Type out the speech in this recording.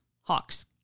hawks